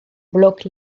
bloque